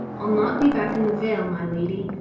i'll not be back in the vale, my lady,